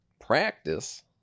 Practice